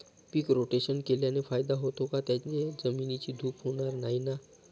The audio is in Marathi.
पीक रोटेशन केल्याने फायदा होतो का? त्याने जमिनीची धूप होणार नाही ना?